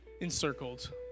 encircled